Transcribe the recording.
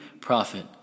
Prophet